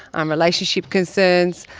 um relationship concerns.